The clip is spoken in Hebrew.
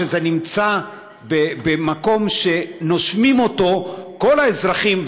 שזה נמצא במקום שנושמים אותו כל האזרחים,